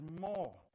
more